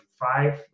five